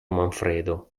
manfredo